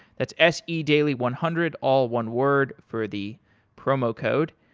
that's s e daily one hundred, all one word for the promo code.